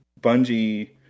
Bungie